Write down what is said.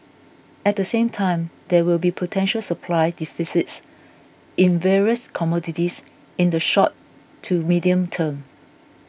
at the same time there will be potential supply deficits in various commodities in the short to medium term